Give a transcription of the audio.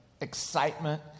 excitement